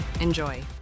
Enjoy